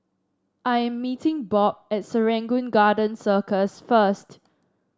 I am meeting Bob at Serangoon Garden Circus first